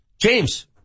James